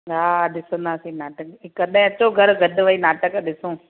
हा ॾिसंदासीं नाटक कॾहिं अचो घर गॾु वेही नाटक ॾिसूं